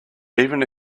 even